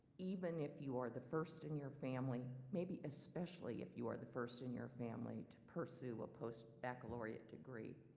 even if you are the first in your family. maybe especially if you are the first in your family to pursue a post-baccalaureate degree.